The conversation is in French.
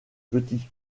petit